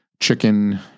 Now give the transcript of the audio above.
Chicken